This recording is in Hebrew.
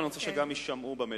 אבל אני רוצה שגם יישמעו במליאה.